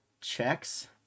checks